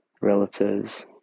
relatives